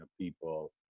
people